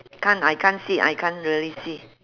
can't I can't see I can't really see